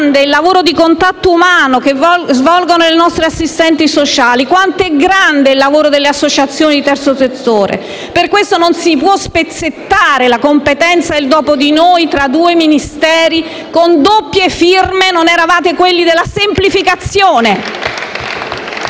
Quanto è grande il lavoro di contatto umano che svolgono i nostri assistenti sociali. Quanto è grande il lavoro delle associazioni di terzo settore. Per questo non si può spezzettare la competenza sul dopo di noi tra due Ministeri, con doppie firme. Non eravate quelli della semplificazione?